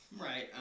Right